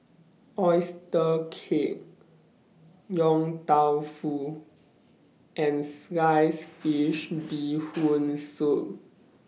Oyster Cake Yong Tau Foo and Sliced Fish Bee Hoon Soup